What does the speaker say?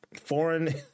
foreign